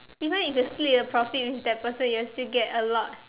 even if you split the profit with that person you will still get a lot